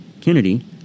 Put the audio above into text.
Kennedy